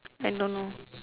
I don't know